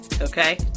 okay